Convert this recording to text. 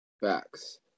Facts